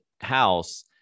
house